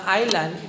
island